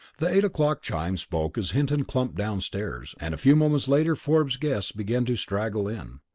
the eight o'clock chimes spoke as hinton clumped downstairs, and a few moments later forbes's guests began to straggle in.